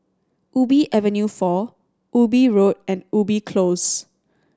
Ubi Avenue Four Ubi Road and Ubi Close